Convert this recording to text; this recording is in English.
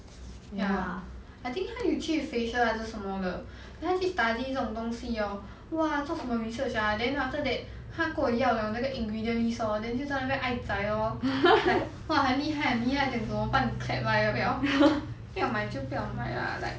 ya I think 他有去 facial 还是什么的 then 他去 study 这种东西 hor !wah! 做什么 research ah then after that 他跟我要的 ingredient list hor then 就在那边很 ai zai lor then !wah! 很厉害很厉害怎么办 clap ah 要不要不要买就不要买 lah like